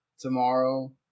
Tomorrow